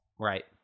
Right